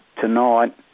tonight